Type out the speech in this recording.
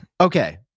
Okay